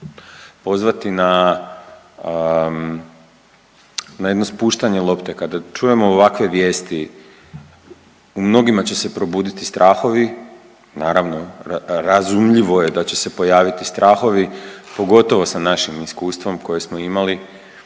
pozvati na jedno spuštanje lopte. Kada čujemo ovakve vijesti u mnogima će se probuditi strahovi, naravno razumljivo je da će se pojaviti strahovi, pogotovo sa našim iskustvom koje smo imali.